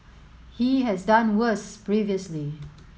he has done worse previously